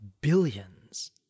billions